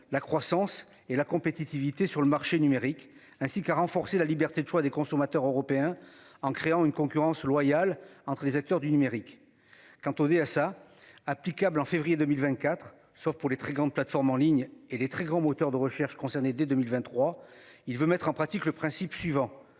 la croissance et la compétitivité sur le marché numérique ainsi qu'à renforcer la liberté de choix des consommateurs européens en créant une concurrence loyale entre les acteurs du numérique. Quant au DSA applicable en février 2024, sauf pour les très grandes plateformes en ligne et des très grands moteurs de recherche concernés dès 2023 il veut mettre en pratique le principe suivant,